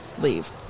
leave